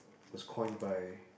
was coin by